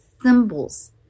symbols